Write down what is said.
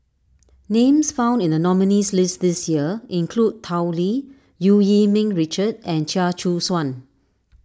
names found in the nominees' list this year include Tao Li Eu Yee Ming Richard and Chia Choo Suan